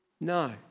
No